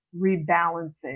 rebalancing